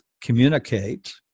communicate